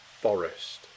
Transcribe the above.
Forest